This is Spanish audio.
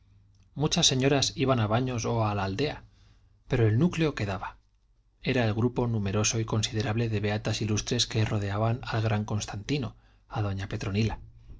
muchas señoras iban a baños o a la aldea pero el núcleo quedaba era el grupo numeroso y considerable de beatas ilustres que rodeaban al gran constantino a doña petronila